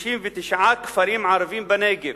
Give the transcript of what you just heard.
בכ-39 כפרים ערביים בנגב,